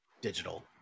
digital